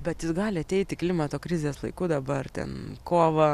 bet jis gali ateiti klimato krizės laiku dabar ten kovą